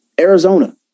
Arizona